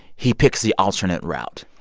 he picks the alternate route,